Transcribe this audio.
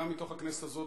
גם מתוך הכנסת הזו,